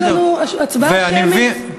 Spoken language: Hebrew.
יש לנו הצבעה שמית.